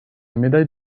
médaille